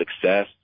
success